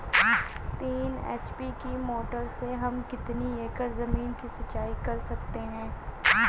तीन एच.पी की मोटर से हम कितनी एकड़ ज़मीन की सिंचाई कर सकते हैं?